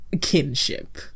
kinship